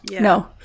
No